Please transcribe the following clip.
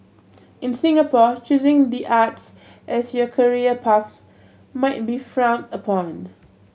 in Singapore choosing the arts as your career path might be frowned upon